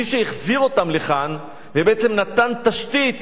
מי שהחזיר אותם לכאן ובעצם נתן תשתית